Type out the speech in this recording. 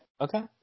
Okay